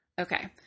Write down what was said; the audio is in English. Okay